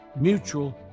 mutual